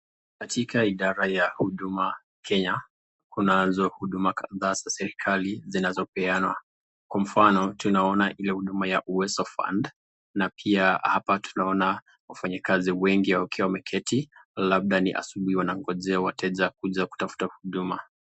Katika idhara ya huduma kenya kunazo huduma kadhaa za serikali zinazopeanwa kwa mfano tunaona ile huduma ya uwezo fund na pia hapa tunaona wafanyikazi wengi wakiwa wameketi labda ni asubuhi wanangonjea wateja kuja kutafuta huduma.